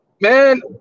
man